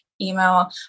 email